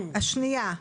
נקודה שנייה,